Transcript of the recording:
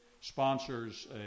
sponsors